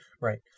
Right